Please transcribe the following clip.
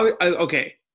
Okay